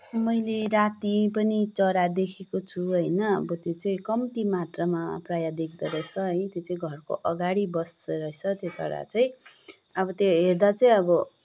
मैले राती पनि चरा देखेको छु होइन अब त्यो चाहिँ कम्ति मात्रमा प्राय देख्दो रहेछ है घरको अगाडि बस्दो रहेछ त्यो चरा चाहिँ अब त्यो हेर्दा चाहिँ अब